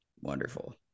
Wonderful